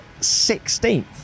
16th